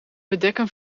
bedekken